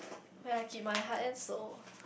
where I keep my heart and soul